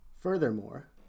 Furthermore